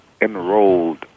enrolled